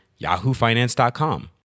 yahoofinance.com